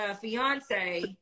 fiance